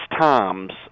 times